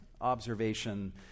observation